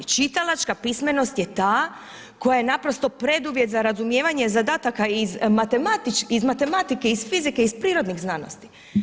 Čitalačka pismenost je ta koja je naprosto preduvjet za razumijevanje zadataka iz matematike, iz fizike, iz prirodnih znanosti.